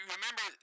Remember